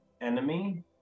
enemy